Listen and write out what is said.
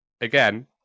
Again